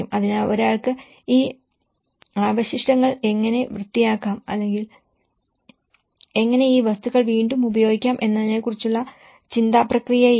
അതിനാൽ ഒരാൾക്ക് ഈ അവശിഷ്ടങ്ങൾ എങ്ങനെ വൃത്തിയാക്കാം അല്ലെങ്കിൽ എങ്ങനെ ഈ വസ്തുക്കൾ വീണ്ടും ഉപയോഗിക്കാം എന്നതിനെക്കുറിച്ചുള്ള ചിന്താ പ്രക്രിയയില്ല